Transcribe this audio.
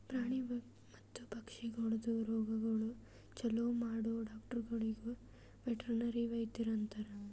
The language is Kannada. ಪ್ರಾಣಿ ಮತ್ತ ಪಕ್ಷಿಗೊಳ್ದು ರೋಗಗೊಳ್ ಛಲೋ ಮಾಡೋ ಡಾಕ್ಟರಗೊಳಿಗ್ ವೆಟರ್ನರಿ ವೈದ್ಯರು ಅಂತಾರ್